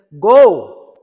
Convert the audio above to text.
Go